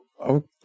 Okay